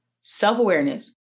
self-awareness